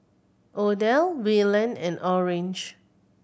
Odell Wayland and Orange